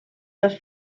los